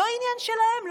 זה לא העניין שלהם,